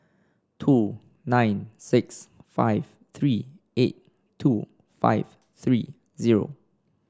two nine six five three eight two five three zero